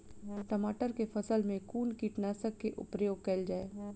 टमाटर केँ फसल मे कुन कीटनासक केँ प्रयोग कैल जाय?